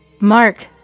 Mark